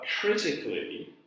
critically